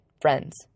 friends